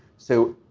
so,